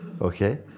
Okay